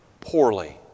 poorly